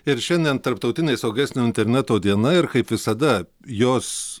ir šiandien tarptautinė saugesnio interneto diena ir kaip visada jos